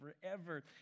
forever